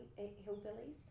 hillbillies